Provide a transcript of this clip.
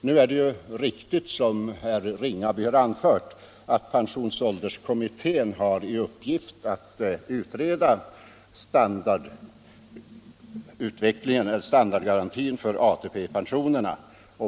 Nu är det riktigt, som herr Ringaby anfört, att pensionsålderskommittén har i uppgift att utreda standardgarantin för ATP-pensionerna.